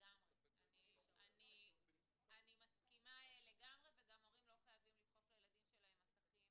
אני מסכימה לגמרי וגם הורים לא חייבים לדחוף לילדים שלהם מסכים